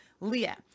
Leah